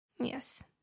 Yes